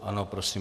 Ano, prosím.